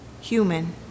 human